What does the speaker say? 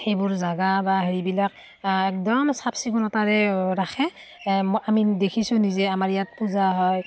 সেইবোৰ জেগা বা হেৰিবিলাক একদম চাফ চিকুণতাৰে ৰাখে আমি দেখিছোঁ নিজে আমাৰ ইয়াত পূজা হয়